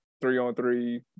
three-on-three